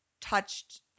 touched